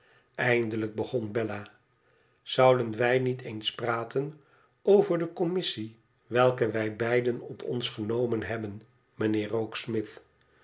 eindelijk begon bella zouden wij niet eens praten over de commissie welke wij beiden op ons genomen hebben